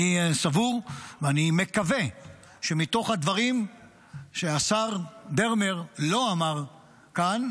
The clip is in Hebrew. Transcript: אני סבור ואני מקווה שמתוך הדברים שהשר דרמר לא אמר כאן,